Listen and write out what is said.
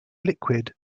liquid